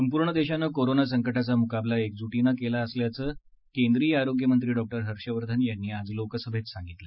संपूर्ण देशानं कोरोना संकटाचा मुकाबला एकजूटीनं केला असल्याचं केंद्रीय आरोग्य मंत्री डॉ हर्ष वर्धन यांनी आज लोकसभेत सांगितलं